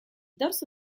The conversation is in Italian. dorso